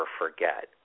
forget